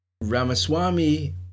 Ramaswamy